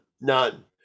None